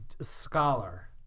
scholar